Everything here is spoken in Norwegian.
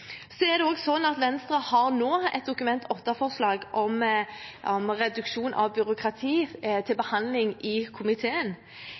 Så er det også sånn at Venstre nå har et Dokument 8-forslag om reduksjon av byråkrati til behandling i komiteen,